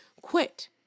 quit